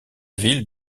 ville